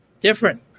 Different